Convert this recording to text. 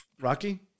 Rocky